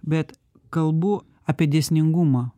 bet kalbu apie dėsningumą